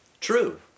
True